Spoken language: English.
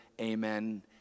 amen